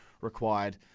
required